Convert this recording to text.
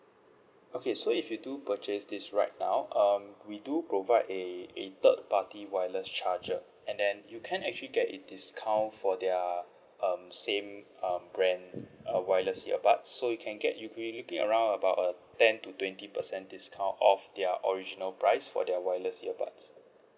okay so if you do purchase this right now um we do provide a a third party wireless charger and then you can actually get it discount for their um same um brand uh wireless earbud so you can get you'll be looking around about uh ten to twenty percent discount of their original price for their wireless earbuds